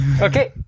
Okay